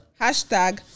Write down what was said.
Hashtag